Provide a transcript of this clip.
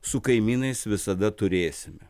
su kaimynais visada turėsime